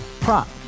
prop